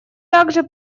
также